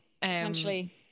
Potentially